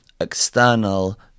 external